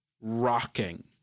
rocking